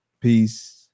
Peace